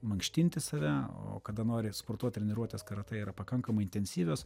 mankštinti save o kada nori sportuot treniruotės karatė yra pakankamai intensyvios